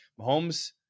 Mahomes